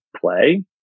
play